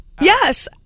yes